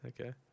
Okay